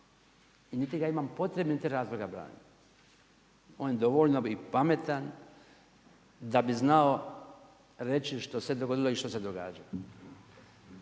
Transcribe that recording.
niti ga imam potrebu niti razloga braniti. On je dovoljno i pametan da bi znao reći što se dogodilo i što se događa.